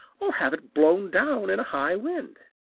or have it blown down in a high wind.